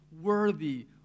worthy